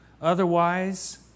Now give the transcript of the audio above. Otherwise